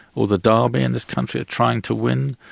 or the derby in this country, are trying to win.